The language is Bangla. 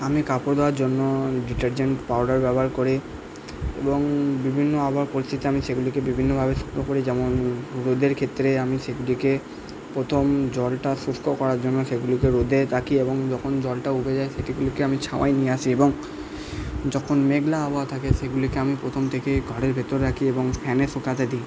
আমি কাপড় জন্য ডিটারজেন্ট পাউডার ব্যবহার করি এবং বিভিন্ন আবহাওয়ার পরিস্থিতিতে আমি সেগুলিকে বিভিন্নভাবে শুকনো করি যেমন রোদের ক্ষেত্রে আমি সেগুলিকে প্রথম জলটা শুষ্ক করার জন্য সেগুলিকে রোদে এবং যখন জলটা উবে যায় সেগুলিকে আমি ছাওয়ায় নিয়ে আসি এবং যখন মেঘলা আবহাওয়া থাকে সেগুলিকে আমি প্রথম থেকে ঘরের ভেতর রাখি এবং ফ্যানের শুকাতে দিই